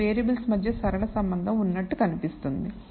2 variables మధ్య సరళ సంబంధం ఉన్నట్లు కనిపిస్తోంది